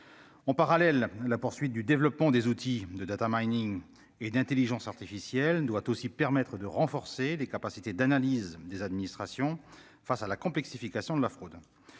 on parallèle, la poursuite du développement des outils de Data Mining et d'Intelligence artificielle, doit aussi permettre de renforcer les capacités d'analyse des administrations face à la complexification de la fraude